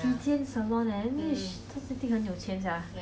几间 salon eh 那她一定很有钱 sia